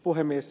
puhemies